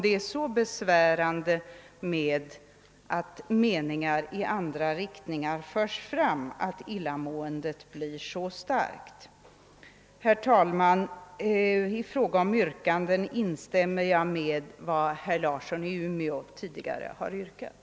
Herr talman! Jag instämmer i de yrkanden som herr Larsson i Umeå har framställt.